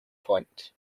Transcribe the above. point